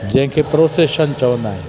जंहिंखे प्रोसेशन चवंदा आहिनि